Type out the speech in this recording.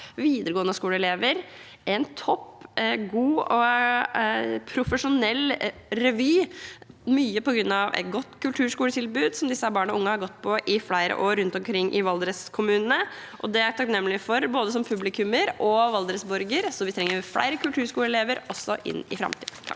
videregående skole-elever – opp en topp, god og profesjonell revy, mye på grunn av et godt kulturskoletilbud som disse barna og ungdommene har gått på i flere år rundt omkring i Valdres-kommunene. Det er jeg takknemlig for både som publikummer og som Valdres-borger. Så vi trenger flere kulturskoleelever også i framtiden.